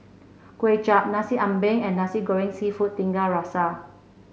Kway Chap Nasi Ambeng and Nasi Goreng seafood Tiga Rasa